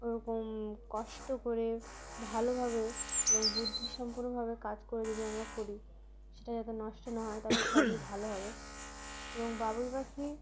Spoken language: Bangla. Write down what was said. ওরকম কষ্ট করে ভালোভাবে এবং বুদ্ধিসম্পূর্ণভাবে কাজ করে যদি আমরা করি সেটা যাতে নষ্ট না হয় তাহলে সবই ভালো হবে এবং বাবুই পাখি